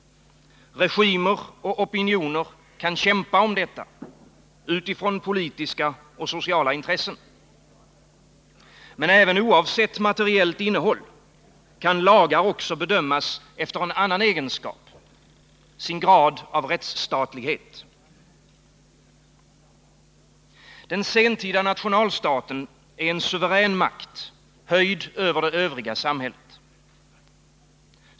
Regimer och opinioner kan kämpa om detta, utifrån politiska och sociala intressen. Men även oavsett materiellt innehåll kan lagar också bedömas efter en annan egenskap: sin grad av rättsstatlighet. Den sentida nationalstaten är en suverän makt, höjd över det samhället.